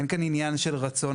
אין כאן עניין של רצון.